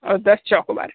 और दस चोकोबार